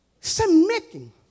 Submitting